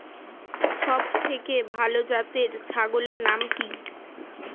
সবথেকে ভালো জাতের ছাগলের নাম কি?